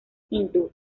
hindú